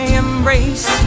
embrace